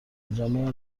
تجمع